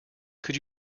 could